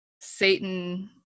Satan